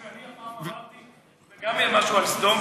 פעם אמרתי גם אני משהו על סדום,